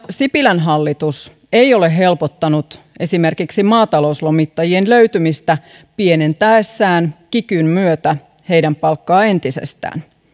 sipilän hallitus ei ole helpottanut esimerkiksi maatalouslomittajien löytymistä pienentäessään kikyn myötä heidän palkkaansa entisestään